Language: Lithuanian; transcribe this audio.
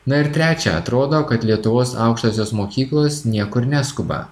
na ir trečia atrodo kad lietuvos aukštosios mokyklos niekur neskuba